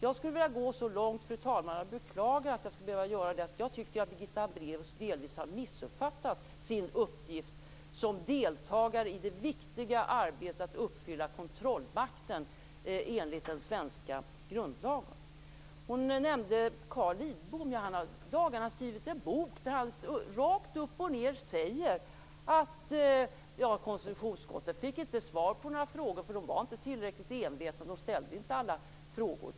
Jag skulle vilja gå så långt - jag beklagar att behöva göra det - som att säga att Birgitta Hambraeus delvis har missuppfattat sin uppgift som deltagare i det viktiga arbetet att utöva kontrollmakt enligt den svenska grundlagen. Birgitta Hambraeus nämnde Carl Lidbom. Han har i dagarna skrivit en bok där han rakt upp och ner säger att KU inte fick svar på några frågor, ledamöterna var inte tillräckligt envetna och ställde inte alla frågor.